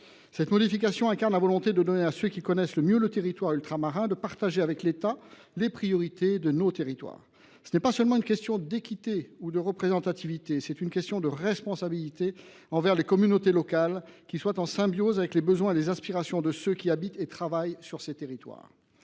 Cette modification incarne la volonté de donner la possibilité à ceux qui connaissent le mieux les territoires ultramarins de partager avec l’État les priorités de ces territoires. C’est une question non seulement d’équité ou de représentativité, mais aussi de responsabilité envers les communautés locales, qui sont en symbiose avec les besoins et les aspirations de ceux qui habitent et travaillent sur ces territoires.